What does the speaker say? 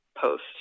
post